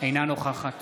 אינה נוכחת